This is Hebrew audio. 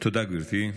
תודה, גברתי.